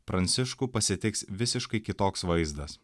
pranciškų pasitiks visiškai kitoks vaizdas